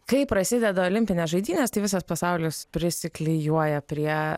kai prasideda olimpinės žaidynės tai visas pasaulis prisiklijuoja prie